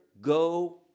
go